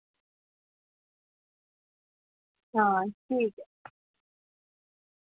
हां ठीक ऐ